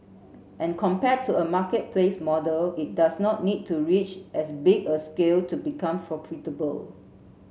and compared to a marketplace model it does not need to reach as big a scale to become profitable